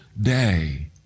day